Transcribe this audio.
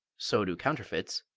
so do counterfeits.